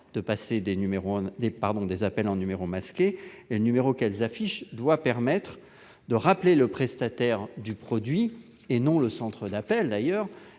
de passer des appels en numéro masqué et le numéro qu'elles affichent doit permettre de rappeler le prestataire du produit, et non le centre d'appels. Or